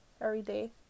everyday